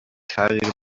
تغییر